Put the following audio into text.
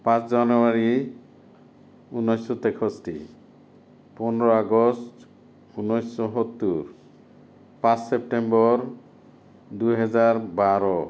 পাঁচ জানুৱাৰী উনৈছশ তেষষ্ঠি পোন্ধৰ আগষ্ট উনৈছশ সত্তৰ পাঁচ ছেপ্তেম্বৰ দুহেজাৰ বাৰ